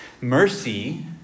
Mercy